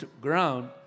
ground